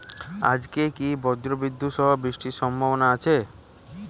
আজকে কি ব্রর্জবিদুৎ সহ বৃষ্টির সম্ভাবনা আছে?